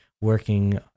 working